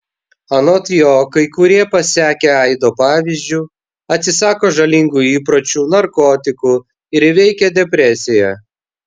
anot jo kai kurie pasekę aido pavyzdžiu atsisako žalingų įpročių narkotikų ir įveikia depresiją